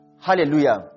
Hallelujah